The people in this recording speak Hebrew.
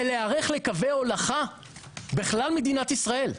זה להיערך לקווי הולכה בכלל מדינת ישראל,